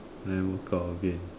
then workout again